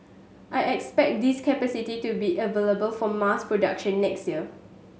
I expect this capacity to be available for mass production next year